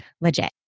legit